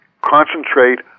concentrate